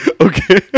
Okay